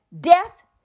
death